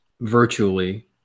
virtually